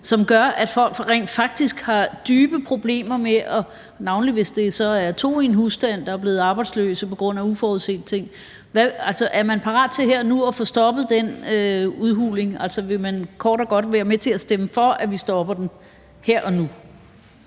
som gør, at folk rent faktisk har dybe problemer, navnlig hvis det så er to i en husstand, der er blevet arbejdsløse på grund af uforudsete ting? Altså, er man parat til her og nu at få stoppet den udhuling? Vil man kort og godt være med til stemme for, at vi stopper den her og nu?